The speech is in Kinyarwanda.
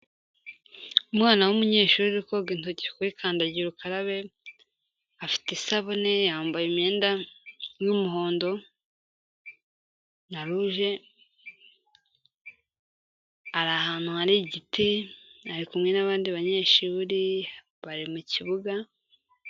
Umwana w'umunyeshuri uri koga intoki kuri kandagira ukarabe, afite isabune, yambaye imyenda y'umuhondo na rouge, ari ahantu hari igiti, ari kumwe n'abandi banyeshuri bari mu kibuga.